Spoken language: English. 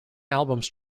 albums